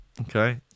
Okay